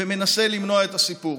ומנסה למנוע את הסיפור.